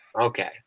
Okay